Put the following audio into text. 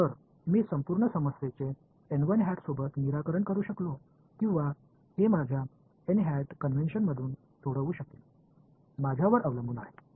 तर मी संपूर्ण समस्येचे सोबत निराकरण करू शकलो किंवा हे माझ्या कन्वेन्शनमधून सोडवू शकेन माझ्यावर अवलंबून आहे